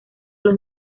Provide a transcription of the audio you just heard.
los